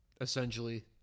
essentially